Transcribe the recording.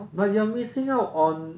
but you are missing out on